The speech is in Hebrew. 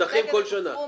בודקת את הסכום.